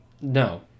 No